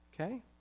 Okay